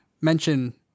mention